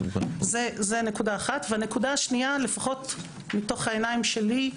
לפחות מתוך העיניים שלי,